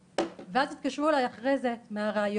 ואז התקשרו אליי אחרי זה מהריאיון,